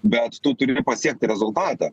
bet tu turi pasiekti rezultatą